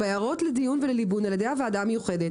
בהערות לדיון ולליבון על-ידי הוועדה המיוחדת,